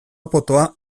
potoa